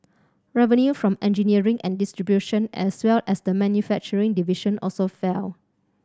revenue from engineering and distribution as well as the manufacturing division also fell